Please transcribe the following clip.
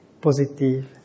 positive